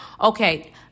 okay